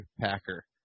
Packer